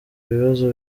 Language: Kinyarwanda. bibazo